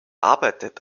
arbeitete